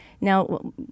Now